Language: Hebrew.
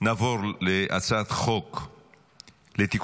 עברה בקריאה הראשונה ותחזור לדיון